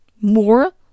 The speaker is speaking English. more